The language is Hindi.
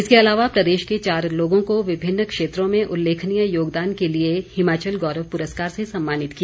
इसके अलावा प्रदेश के चार लोगों को विभिन्न क्षेत्रों में उल्लेखनीय योगदान के लिए हिमाचल गौरव पुरस्कार से सम्मानित किया